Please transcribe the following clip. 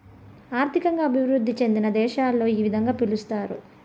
ఆర్థికంగా అభివృద్ధి చెందిన దేశాలలో ఈ విధంగా పిలుస్తారు